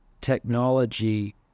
technology